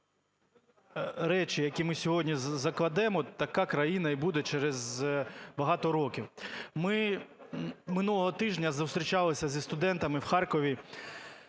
речі, які ми сьогодні закладемо, така країна і буде через багато років. Ми минулого тижня зустрічалися зі студентами в Харкові